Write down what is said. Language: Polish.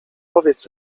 powiedz